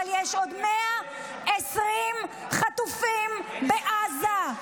אבל יש עוד 120 חטופים בעזה.